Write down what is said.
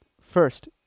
first